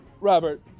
Robert